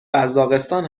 قزاقستان